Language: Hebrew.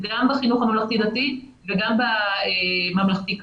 גם בחינוך הממלכתי-דתי וגם בממלכתי.